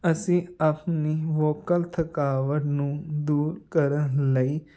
ਅਸੀਂ ਆਪਣੀ ਵੋਕਲ ਥਕਾਵਟ ਨੂੰ ਦੂਰ ਕਰਨ ਲਈ